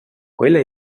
quella